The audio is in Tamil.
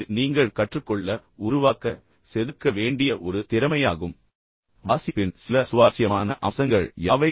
இது நீங்கள் கற்றுக் கொள்ள உருவாக்க செதுக்க வேண்டிய ஒரு திறமையாகும் வாசிப்பின் சில சுவாரஸ்யமான அம்சங்கள் யாவை